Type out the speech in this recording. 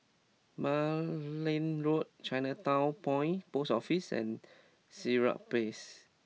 Malan Road Chinatown Point Post Office and Sirat Place